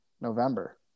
November